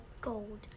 gold